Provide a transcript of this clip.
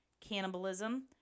cannibalism